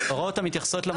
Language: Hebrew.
הוראות המתייחסות למוצר.